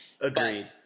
Agreed